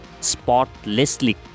spotlessly